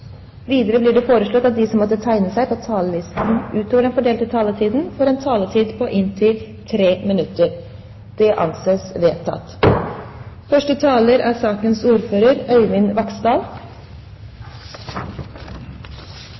Videre blir det foreslått at de som måtte tegne seg på talerlisten utover den fordelte taletid, får en taletid på inntil 3 minutter. – Det anses vedtatt. Dette er